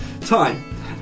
time